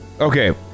Okay